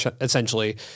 essentially